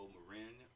Marin